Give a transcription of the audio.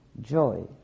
joy